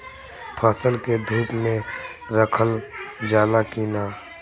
फसल के धुप मे रखल जाला कि न?